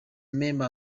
member